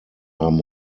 haben